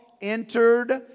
entered